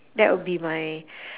that'll be my